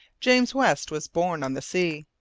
james west was born on the sea,